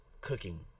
cooking